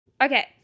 Okay